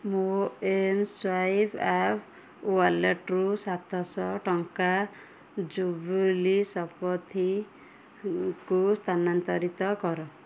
ମୋ mSwipe app ୱାଲେଟରୁ ସାତଶହ ଟଙ୍କା ଜୁବ୍ଲି ଶତପଥୀଙ୍କୁ ସ୍ଥାନାନ୍ତରିତ କର